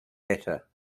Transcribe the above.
letter